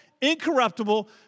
incorruptible